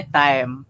time